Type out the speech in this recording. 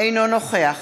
אינו נוכח